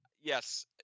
Yes